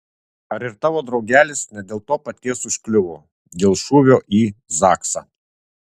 ar ir tavo draugelis ne dėl to paties užkliuvo dėl šūvio į zaksą